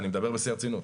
אני מדבר בשיא הרצינות.